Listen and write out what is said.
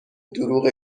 دروغ